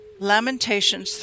LAMENTATIONS